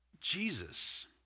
Jesus